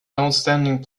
outstanding